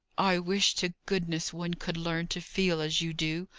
i wish to goodness one could learn to feel as you do!